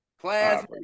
class